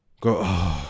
go